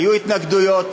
היו התנגדויות,